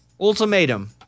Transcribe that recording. ultimatum